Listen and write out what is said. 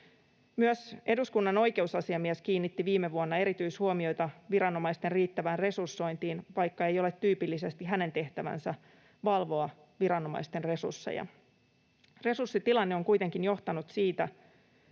Myös eduskunnan oikeusasiamies kiinnitti viime vuonna erityishuomioita viranomaisten riittävään resursointiin, vaikka ei ole tyypillisesti hänen tehtävänsä valvoa viranomaisten resursseja. Resurssitilanne on kuitenkin johtanut siihen,